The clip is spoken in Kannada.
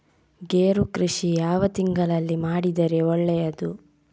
ಗೇರು ಕೃಷಿ ಯಾವ ತಿಂಗಳಲ್ಲಿ ಮಾಡಿದರೆ ಒಳ್ಳೆಯದು?